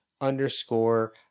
underscore